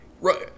right